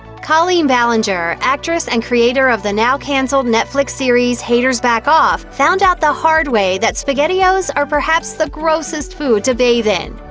colleen ballinger, actress and creator of the now-cancelled netflix series haters back off, found out the hard way that spaghettios are perhaps the grossest food to bathe in.